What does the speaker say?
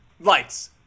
lights